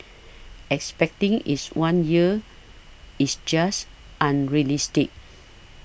expecting is one year is just unrealistic